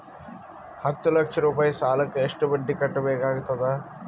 ಹತ್ತ ಲಕ್ಷ ರೂಪಾಯಿ ಸಾಲಕ್ಕ ಎಷ್ಟ ಬಡ್ಡಿ ಕಟ್ಟಬೇಕಾಗತದ?